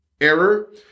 Error